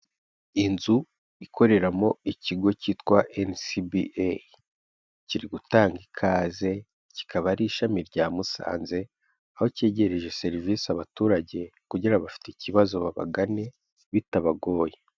Inzu ikoreramo ikigo cyitwa NCBA, kiri gutanga ikaze kikaba ari ishami rya musanze, aho cyegereje serivisi abaturage kugira abafite ikibazo babagane bitabagoye.